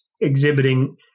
exhibiting